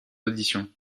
auditions